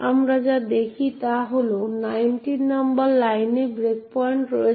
আমরা যা দেখি তা হল 19 নম্বর লাইনে ব্রেকপয়েন্ট রয়েছে